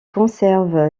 conserve